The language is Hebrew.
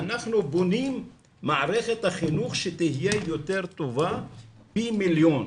אנחנו בונים מערכת חינוך שתהיה יותר טובה פי מיליון,